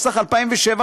התשס"ח 2007,